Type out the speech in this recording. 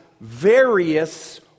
various